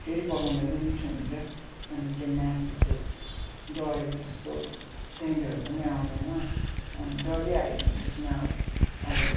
फेरि पकाउँदा चाहिँ मिठो हुन्छ अन्त त्यो मासु चाहिँ डढेको जस्तो सेन्टहरू पनि आउँदैन अनि डढिहाल्यो भने त्यसमा अब